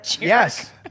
Yes